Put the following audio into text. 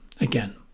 again